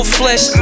flesh